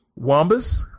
wombas